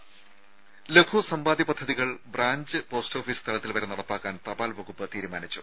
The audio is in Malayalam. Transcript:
ദേദ ലഘു സമ്പാദ്യ പദ്ധതികൾ ബ്രാഞ്ച് പോസ്റ്റ് ഓഫീസ് തലത്തിൽ വരെ നടപ്പാക്കാൻ തപാൽ വകുപ്പ് തീരുമാനിച്ചു